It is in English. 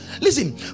Listen